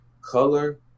color